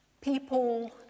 People